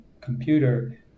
computer